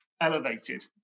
elevated